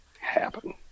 happen